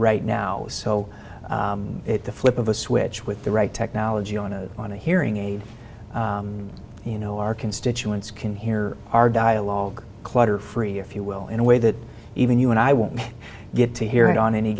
right now so it's the flip of a switch with the right technology on a on a hearing aid you know our constituents can hear our dialogue clutter free if you will in a way that even you and i won't get to hear it on any